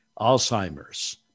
Alzheimer's